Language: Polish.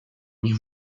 nie